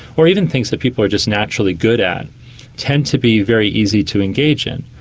or even things that people are just naturally good at tend to be very easy to engage in.